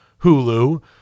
Hulu